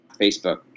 facebook